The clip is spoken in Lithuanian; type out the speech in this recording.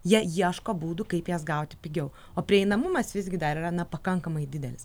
jie ieško būdų kaip jas gauti pigiau o prieinamumas visgi dar yra na pakankamai didelis